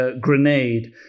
grenade